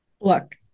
Look